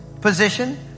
position